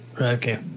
Okay